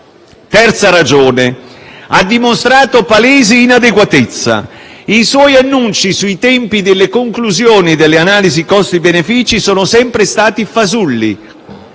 Inoltre, ha dimostrato palese inadeguatezza: i suoi annunci sui tempi delle conclusioni delle analisi costi-benefici sono sempre stati fasulli.